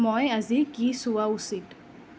মই আজি কি চোৱা উচিত